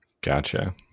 gotcha